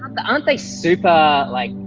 aren't they super like